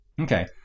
Okay